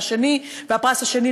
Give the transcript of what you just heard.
והפרס השני,